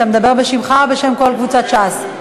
אתה מדבר בשמך או בשם כל קבוצת ש"ס?